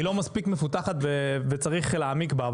היא לא מספיק מפותחת וצריך להעמיק בה,